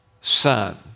son